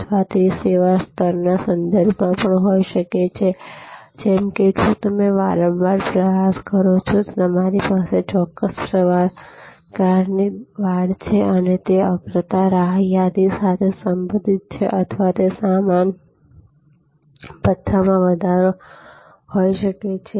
અથવા તે સેવા સ્તરના સંદર્ભમાં પણ હોઈ શકે છે જેમ કે જો તમે વારંવાર પ્રવાસ કરો છો તો તમારી પાસે ચોક્કસ પ્રકારની વાડ છે જે અગ્રતા રાહ યાદી સાથે સંબંધિત છે અથવા તે સામાન ભથ્થાંમાં વધારો હોઈ શકે છે